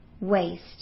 waste